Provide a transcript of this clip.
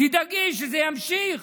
תדאגי שזה יימשך.